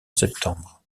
septembre